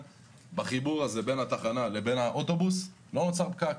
שבחיבור בין התחנה לאוטובוס לא נוצר פקק.